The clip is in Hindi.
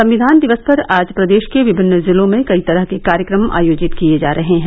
संविधान दिवस पर आज प्रदेश के विभिन्न जिलों में कई तरह के कार्यक्रम आयोजित किए जा रहे हैं